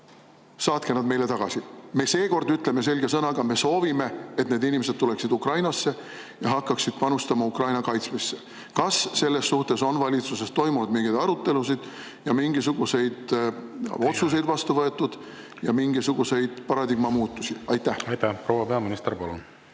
saatke nad meile tagasi. Me seekord ütleme selge sõnaga: me soovime, et need inimesed tuleksid Ukrainasse ja hakkaksid panustama Ukraina kaitsmisse." Kas selle üle on valitsuses toimunud mingeid arutelusid ja mingisuguseid otsuseid vastu võetud ja kas on mingisuguseid paradigma muutusi? Aitäh! Ma tulen tegelikult